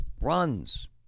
Runs